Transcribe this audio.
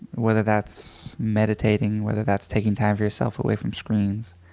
whether that's meditating, whether that's taking time for yourself away from screens,